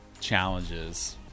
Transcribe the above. challenges